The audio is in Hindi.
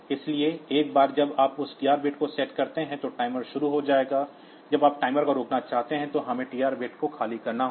इसलिए एक बार जब आप उस tr बिट को सेट करते हैं तो टाइमर शुरू हो जाएगा जब आप टाइमर को रोकना चाहते हैं तो हमें TR बिट को खाली करना होगा